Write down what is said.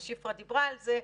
שפרה דיברה על זה,